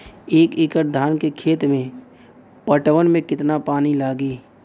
एक एकड़ धान के खेत के पटवन मे कितना पानी लागि?